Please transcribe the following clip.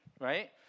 Right